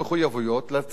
בעניינים של צדק חברתי,